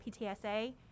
PTSA